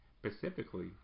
Specifically